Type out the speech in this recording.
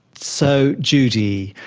so judy,